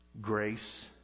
grace